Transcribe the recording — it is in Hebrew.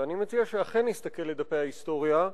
ואני מציע שאכן נסתכל בדפי ההיסטוריה,